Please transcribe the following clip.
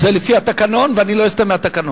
זה לפי התקנון, ואני לא אסטה מהתקנון.